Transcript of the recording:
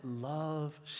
love